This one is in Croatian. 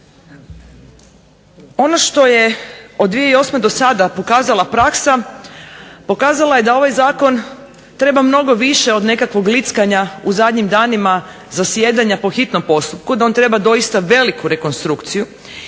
Ono što je od 2008. do sada pokazala praksa pokazala je da ovaj zakon treba mnogo više od nekakvog lickanja u zadnjim danima zasjedanja po hitnom postupku, da on treba doista veliku rekonstrukciju,